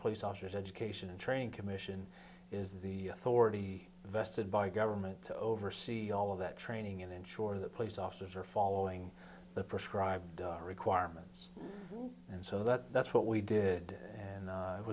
police officers education and training commission is the authority vested by government to oversee all of that training and ensure that police officers are following the proscribed requirements and so that that's what we did and